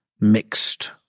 mixed